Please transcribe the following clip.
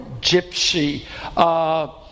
gypsy